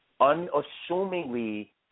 unassumingly